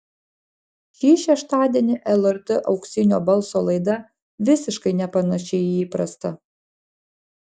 šį šeštadienį lrt auksinio balso laida visiškai nepanaši į įprastą